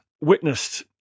witnessed